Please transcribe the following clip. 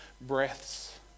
breaths